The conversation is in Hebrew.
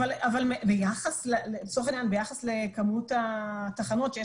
אבל לצורך העניין ביחס לכמות התחנות שיש